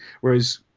whereas